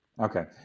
Okay